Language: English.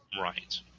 Right